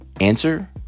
Answer